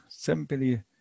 simply